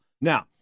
Now